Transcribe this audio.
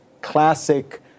classic